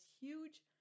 huge